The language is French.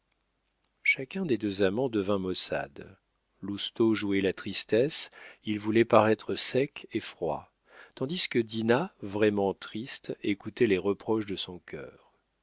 chacun des deux amants devint maussade lousteau jouait la tristesse il voulait paraître sec et froid tandis que dinah vraiment triste écoutait les reproches de son cœur